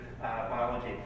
biology